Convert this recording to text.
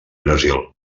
brasil